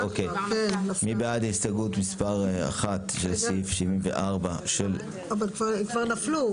מי בעד הסתייגות מספר 1 לסעיף 74. אבל הם כבר נפלו,